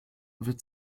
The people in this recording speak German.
wird